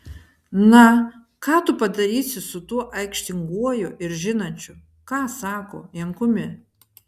na ką tu padarysi su tuo aikštinguoju ir žinančiu ką sako jankumi